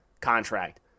contract